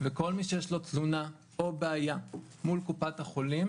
וכל מי שיש לו תלונה או בעיה מול קופת החולים,